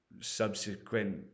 subsequent